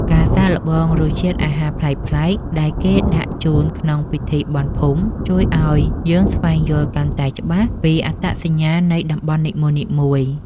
ការសាកល្បងរសជាតិអាហារប្លែកៗដែលគេដាក់ជូនក្នុងពិធីបុណ្យភូមិ ជួយឱ្យយើងស្វែងយល់កាន់តែច្បាស់ពីអត្តសញ្ញាណនៃតំបន់នីមួយៗ។